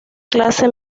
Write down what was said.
clase